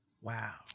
Wow